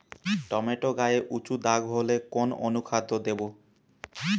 Tomato গায়ে উচু দাগ হলে কোন অনুখাদ্য দেবো?